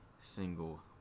single